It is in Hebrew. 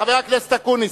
חבר הכנסת אקוניס,